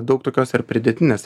daug tokios ir pridėtinės